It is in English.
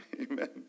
amen